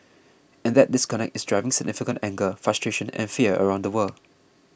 and that disconnect is driving significant anger frustration and fear around the world